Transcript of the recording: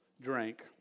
drank